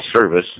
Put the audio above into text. service